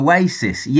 Oasis